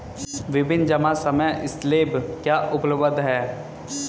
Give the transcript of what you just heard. विभिन्न जमा समय स्लैब क्या उपलब्ध हैं?